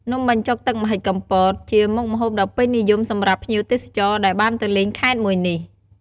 នំបញ្ចុកទឹកម្ហិចកំពត ជាមុខម្ហូបដ៏ពេញនិយមសម្រាប់ភ្ញៀវទេសចរ ដែលបានទៅលេងខេត្តមួយនេះ។